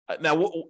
Now